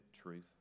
truth